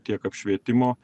tiek apšvietimo